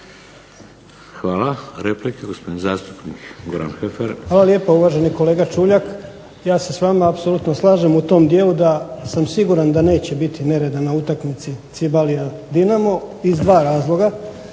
Hvala. Replika, gospodin zastupnik Goran Heffer. **Heffer, Goran (SDP)** Hvala lijepo. Uvaženi kolega Čuljak, ja se s vama apsolutno slažem u tom dijelu da sam siguran da neće biti nereda na utakmici Cibalia – Dinamo iz dva razloga.